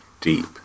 Deep